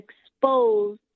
expose